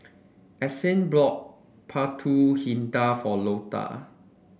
Essex bought pulut hitam for Loda